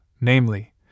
namely